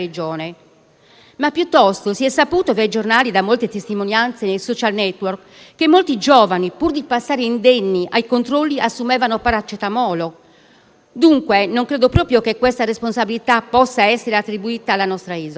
piuttosto si è saputo dai giornali, da molte testimonianze e dai *social network* che molti giovani, pur di passare indenni ai controlli, assumevano paracetamolo. Dunque, non credo proprio che questa responsabilità possa essere attribuita alla nostra isola.